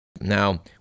Now